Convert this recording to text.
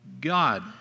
God